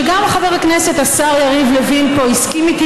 שגם חבר הכנסת השר יריב לוין הסכים איתי